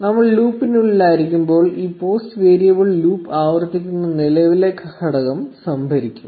നമ്മൾ ലൂപ്പിനുള്ളിലായിരിക്കുമ്പോൾ ഈ പോസ്റ്റ് വേരിയബിൾ ലൂപ്പ് ആവർത്തിക്കുന്ന നിലവിലെ ഘടകം സംഭരിക്കും